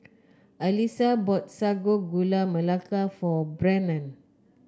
Alysa bought Sago Gula Melaka for Brennon